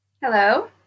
Hello